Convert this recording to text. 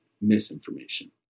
misinformation